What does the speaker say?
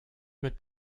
mit